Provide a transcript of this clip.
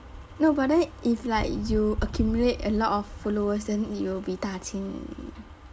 no but then if you like you accumulate a lot of followers then it will be 大钱